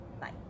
bye